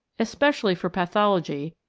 especially for pathology,